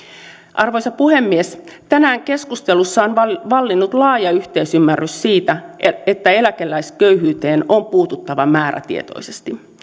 arvoisa puhemies tänään keskustelussa on vallinnut laaja yhteisymmärrys siitä että eläkeläisköyhyyteen on puututtava määrätietoisesti